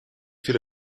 viele